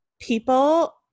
people